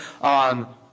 on